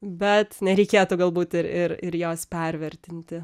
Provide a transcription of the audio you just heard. bet nereikėtų galbūt ir ir ir jos pervertinti